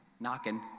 knocking